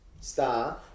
star